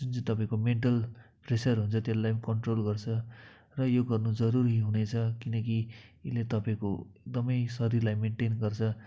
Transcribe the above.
जुन चाहिँ तपाईँको मेन्टल प्रेसर हुन्छ त्यसलाई पनि कम्ट्रोल गर्छ र यो गर्नु जरुरी हुनेछ किनकि यसले तपाईँको एकदमै शरीरलाई मेनटेन गर्छ